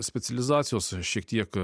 specializacijos šiek tiek